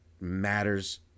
matters